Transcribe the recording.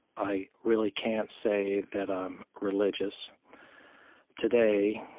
i really can't say that i'm religious today,